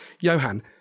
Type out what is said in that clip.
Johan